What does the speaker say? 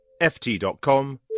ft.com